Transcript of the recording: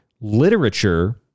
literature